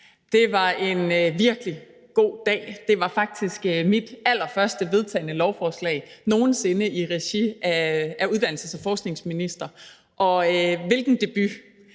Det var en virkelig god dag. Det var faktisk mit allerførste vedtagne lovforslag nogen sinde i regi af uddannelses- og forskningsminister – og hvilken debut!